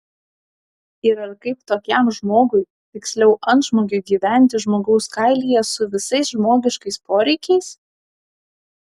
ir kaip tokiam žmogui tiksliau antžmogiui gyventi žmogaus kailyje su visais žmogiškais poreikiais